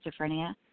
schizophrenia